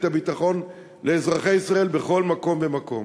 הביטחון לאזרחי ישראל בכל מקום ומקום.